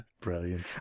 brilliant